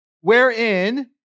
Wherein